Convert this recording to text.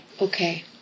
okay